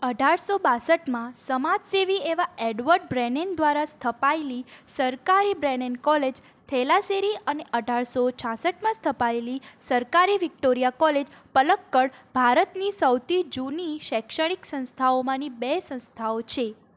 અઢારસો બાસઠમાં સમાજસેવી એવા એડવર્ડ બ્રેનેન દ્વારા સ્થપાયેલી સરકારી બ્રેનેન કોલેજ થેલાસેરી અને અઢારસો છાસઠમાં સ્થપાયેલી સરકારી વિક્ટોરિયા કોલેજ પલક્કડ ભારતની સૌથી જૂની શૈક્ષણિક સંસ્થાઓમાંની બે સંસ્થાઓ છે